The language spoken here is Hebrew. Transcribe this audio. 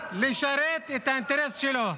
לשרת את האינטרס שלו.